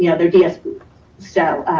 yeah their dsp sell.